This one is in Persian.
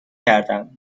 کردم